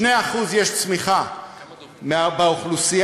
2% יש צמיחה באוכלוסייה,